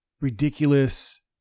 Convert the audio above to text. ridiculous